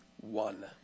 one